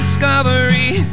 Discovery